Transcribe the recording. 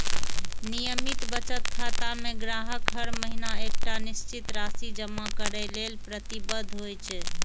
नियमित बचत खाता मे ग्राहक हर महीना एकटा निश्चित राशि जमा करै लेल प्रतिबद्ध होइ छै